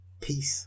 Peace